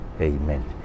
Amen